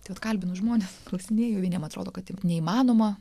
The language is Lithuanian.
vat kalbinu žmones klausinėju vieniem atrodo kad tai neįmanoma